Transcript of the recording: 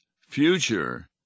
future